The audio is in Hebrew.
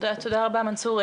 תודה רבה, מנסור.